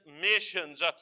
missions